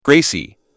Gracie